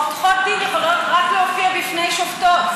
או עורכות דין יכולות להופיע רק בפני שופטות,